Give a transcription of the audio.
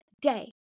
day